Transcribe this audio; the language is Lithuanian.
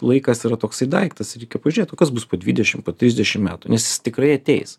laikas yra toksai daiktas į jį reikia pažiūrėt o kas bus po dvidešim po trisdešim metų nes jis tikrai ateis